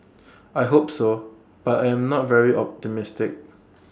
I hope so but I am not very optimistic